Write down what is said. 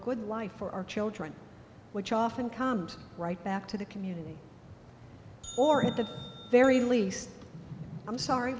good life for our children which often comes right back to the community or at the very least i'm sorry